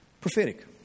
prophetic